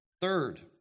Third